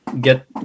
get